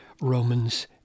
Romans